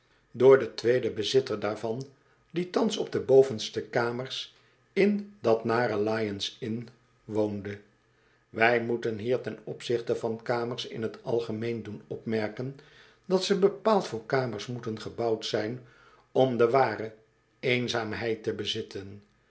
door den tweeden bezitter daarvan die thans op de bovenste kamers in dat nare lyon's inn woonde wij moeten hier ten opzichte van kamers in t algemeen doen opmerken dat ze bepaald voor kamers moeten gebouwd zijn om de ware eenzaamheid te bezitten